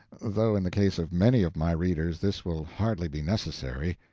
though in the case of many of my readers this will hardly be necessary.